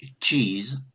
cheese